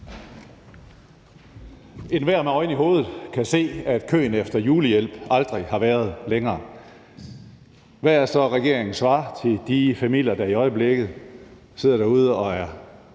Enhver med øjne i hovedet kan se, at køen for at få julehjælp aldrig har været længere. Hvad er så regeringens svar til de familier, hvor forældrene i øjeblikket sidder derude og er